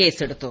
കേസെടുത്തു